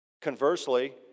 Conversely